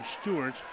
Stewart